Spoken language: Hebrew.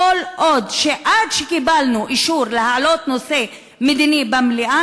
עד שקיבלנו אישור להעלות נושא מדיני במליאה,